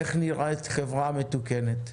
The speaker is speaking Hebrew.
איך נראית חברה מתוקנת,